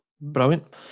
Brilliant